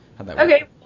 Okay